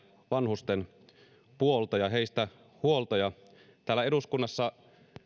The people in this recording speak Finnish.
vanhusten puolta ja heistä huolta täällä eduskunnassa